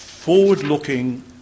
forward-looking